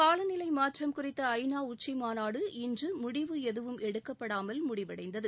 காலநிலை மாற்றம் குறித்த ஐநா உச்சிமாநாடு இன்று முடிவு எதுவும் எடுக்கப்படாமல் முடிவடைந்தது